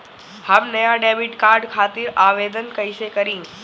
हम नया debit card खातिर आवेदन कईसे करी?